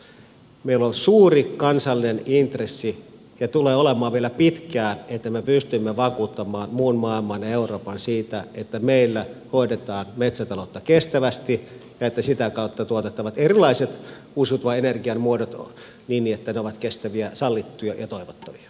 meillä on suuri kansallinen intressi ja tulee olemaan vielä pitkään että me pystymme vakuuttamaan muun maailman ja euroopan siitä että meillä hoidetaan metsätaloutta kestävästi ja että sitä kautta tuotettavat erilaiset uusiutuvan energian muodot ovat kestäviä sallittuja ja toivottavia